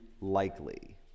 likely